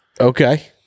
Okay